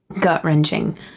gut-wrenching